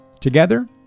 Together